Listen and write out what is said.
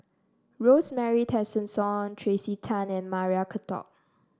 Rosemary Tessensohn Tracey Tan and Maria Hertogh